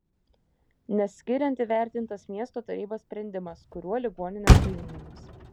nes skiriant įvertintas miesto tarybos sprendimas kuriuo ligoninės sujungiamos